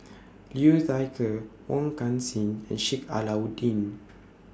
Liu Thai Ker Wong Kan Seng and Sheik Alau'ddin